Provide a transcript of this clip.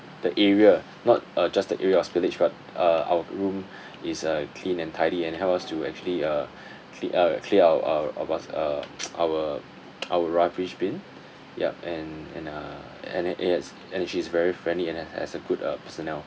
the area not uh just the area of spillage but uh our room is uh clean and tidy and help us to actually uh cle~ uh clear our our uh our our rubbish bin yup and and uh and then yes and she is very friendly and uh has a good uh personnel